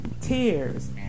tears